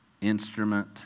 instrument